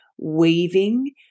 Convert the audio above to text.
weaving